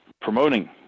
promoting